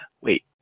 wait